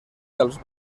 dels